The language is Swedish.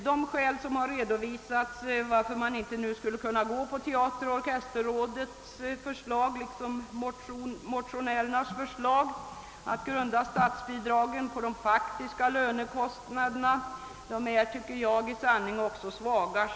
De skäl som redovisats varför man inte skulle kunna gå på teateroch orkesterrådets förslag liksom inte heller på motionärernas förslag att grunda statsbidragen på de faktiska lönekostnaderna är i sanning svaga.